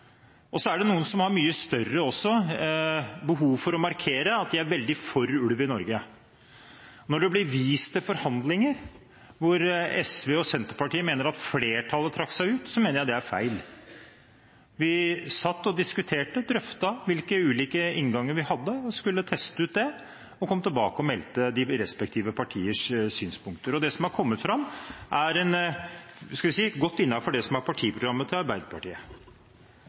Så er det noen som har mye større behov for å markere at de er veldig for ulv i Norge. Når det blir vist til forhandlinger der SV og Senterpartiet mener at flertallet trakk seg ut, så mener jeg det er feil. Vi satt og diskuterte, drøftet, hvilke ulike innganger vi hadde, og skulle teste ut det. Vi kom tilbake og meldte de respektive partienes synspunkter, og det som har kommet fram, er – skal vi si – godt innenfor det som er partiprogrammet til Arbeiderpartiet.